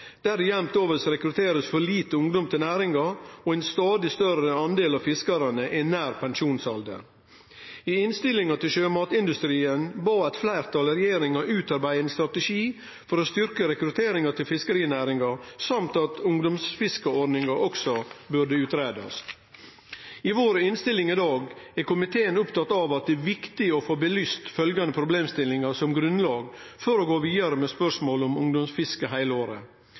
der det jamt over blir rekruttert for lite ungdom til næringa, og ein stadig større del av fiskarane er nær pensjonsalder. I innstillinga til sjømatindustrimeldinga bad eit fleirtal regjeringa utarbeide ein strategi for å styrkje rekrutteringa til fiskerinæringa, og at ein også burde utgreie ungdomsfiskeordninga. I innstillinga vår i dag er komiteen opptatt av at det er viktig å få belyst følgjande problemstillingar som grunnlag for å gå vidare med spørsmålet om ungdomsfiske heile året: